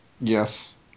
yes